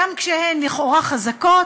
לכאורה גם חזקות,